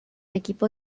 equipo